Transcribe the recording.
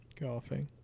Golfing